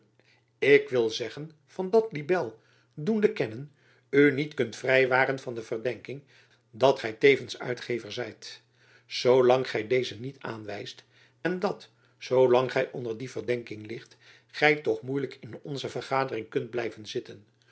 ik wil zeggen van dat libel doende kennen u niet kunt vrijwaren van de verdenking dat gy tevens uitgever zijt zoo lang gy dezen niet aanwijst en dat zoo lang gy onder die verdenking ligt gy toch moeielijk in onze vergadering kunt blijven zitten